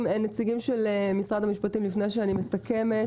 לפני שאני מסכמת,